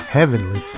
Heavenly